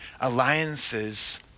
alliances